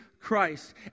Christ